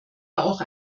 auch